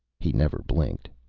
he never blinked.